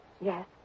Yes